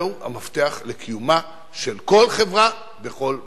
זהו המפתח לקיומה של כל חברה בכל מקום.